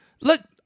Look